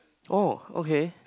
oh okay